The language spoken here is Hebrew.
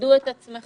תמקדו את עצמכם.